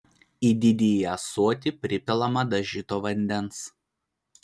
į didįjį ąsotį pripilama dažyto vandens